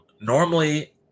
Normally